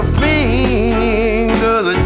fingers